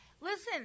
Listen